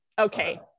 okay